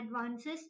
advances